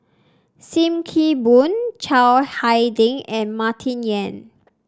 Sim Kee Boon Chiang Hai Ding and Martin Yan